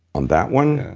on that one,